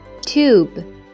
tube